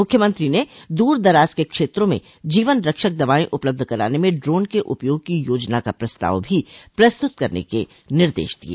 मुख्यमंत्री ने दूर दराज के क्षेत्रों में जीवन रक्षक दवाएं उपलब्ध कराने में ड्रोन के उपयोग की योजना का प्रस्ताव भी प्रस्तुत करने के निर्देश दिये